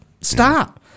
Stop